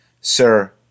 Sir